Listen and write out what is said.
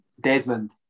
Desmond